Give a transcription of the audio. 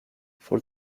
for